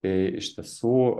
tai iš tiesų